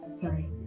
sorry